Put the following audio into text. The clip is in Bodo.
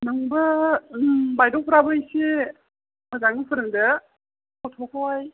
नोंबो बायद'फोराबो एसे मोजाङै फोरोंदो गथ'खौहाय